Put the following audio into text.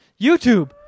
YouTube